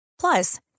Plus